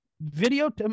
video